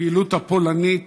לפעילות הפולנית